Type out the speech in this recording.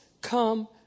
come